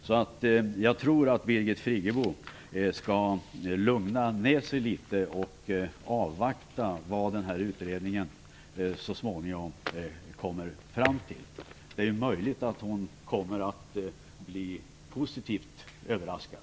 Jag tycker därför att Birgit Friggebo skall lugna ned sig litet grand och avvakta vad utredningen så småningom kommer fram till. Det är möjligt att Birgit Friggebo kommer att bli positivt överraskad.